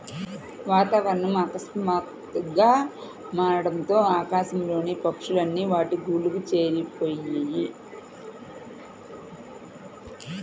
వాతావరణం ఆకస్మాతుగ్గా మారడంతో ఆకాశం లోని పక్షులు అన్ని వాటి గూళ్లకు చేరిపొయ్యాయి